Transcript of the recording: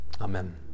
Amen